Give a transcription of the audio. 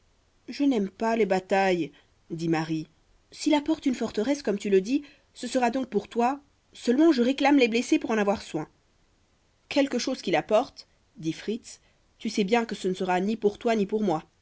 je n'aime pas les batailles dit marie s'il apporte une forteresse comme tu le dis ce sera donc pour toi seulement je réclame les blessés pour en avoir soin quelque chose qu'il apporte dit fritz tu sais bien que ce ne sera ni pour toi ni pour moi